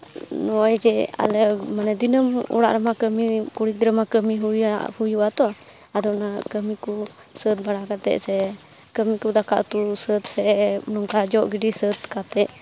ᱱᱚᱜᱼᱚᱭ ᱡᱮ ᱟᱞᱮ ᱢᱟᱱᱮ ᱫᱤᱱᱟᱹᱢ ᱚᱲᱟᱜ ᱨᱮᱢᱟ ᱠᱟᱹᱢᱤ ᱠᱩᱲᱤ ᱜᱤᱫᱽᱨᱟᱹ ᱢᱟ ᱠᱟᱹᱢᱤ ᱦᱩᱭᱟ ᱦᱩᱭᱩᱜᱼᱟ ᱛᱚ ᱟᱫᱚ ᱚᱱᱟ ᱠᱟᱹᱢᱤ ᱠᱚ ᱥᱟᱹᱛ ᱵᱟᱲᱟ ᱠᱟᱛᱮᱫ ᱥᱮ ᱠᱟᱹᱢᱤ ᱠᱚ ᱫᱟᱠᱟ ᱩᱛᱩ ᱥᱟᱹᱛ ᱥᱮ ᱱᱚᱝᱟ ᱡᱚᱜ ᱜᱤᱰᱤ ᱥᱟᱹᱛ ᱠᱟᱛᱮᱫ